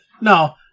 No